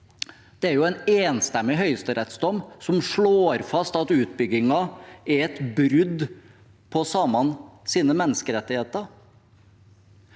Det er jo en enstemmig høyesterettsdom som slår fast at utbyggingen er et brudd på samenes menneskerettigheter.